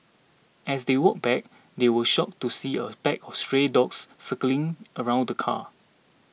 as they walked back they were shocked to see a pack of stray dogs circling around the car